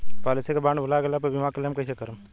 Policy के bond भुला गैला पर बीमा क्लेम कईसे करम?